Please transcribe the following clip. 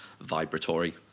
vibratory